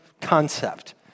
concept